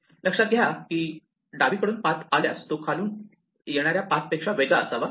लक्षात घ्या की डावीकडून पाथ आल्यास तो खालून येणाऱ्या पाथ पेक्षा वेगळा असावा